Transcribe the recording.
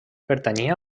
pertanyia